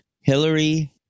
Hillary